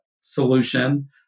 solution